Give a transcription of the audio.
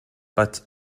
but